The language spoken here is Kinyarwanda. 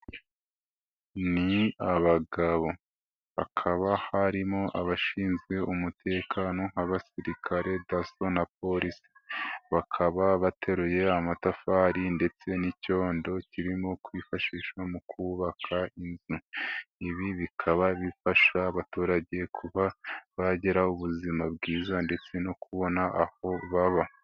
Ni abagabo, hakaba harimo abashinzwe umutekano, abasirikare, daso na polisi. Bakaba bateruye amatafari ndetse n'icyondo kirimo kwifashishwa mu kubaka inzu. Ibi bikaba bifasha abaturage kuba bagira ubuzima bwiza ndetse no kubona aho baba.